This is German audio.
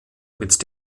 mit